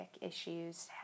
issues